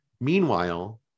Meanwhile